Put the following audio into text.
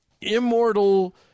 immortal